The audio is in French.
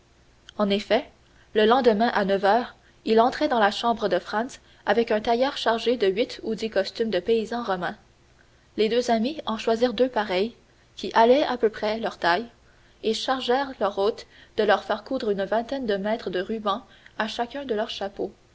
en effet le lendemain à neuf heures il entrait dans la chambre de franz avec un tailleur chargé de huit ou dix costumes de paysans romains les deux amis en choisirent deux pareils qui allaient à peu près leur taille et chargèrent leur hôte de leur faire coudre une vingtaine de mètres de rubans à chacun de leurs chapeaux